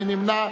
מי נמנע?